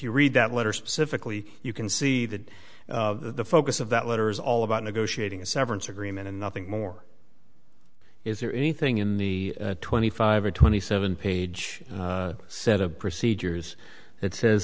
read that letter specifically you can see that the focus of that letter is all about negotiating a severance agreement and nothing more is there anything in the twenty five or twenty seven page set of procedures that says